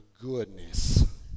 goodness